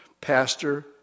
Pastor